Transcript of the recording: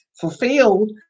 fulfilled